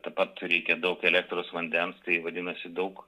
taip pat reikia daug elektros vandens tai vadinasi daug